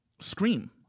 Scream